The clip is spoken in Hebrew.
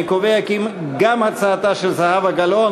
אני קובע כי גם הצעתה של זהבה גלאון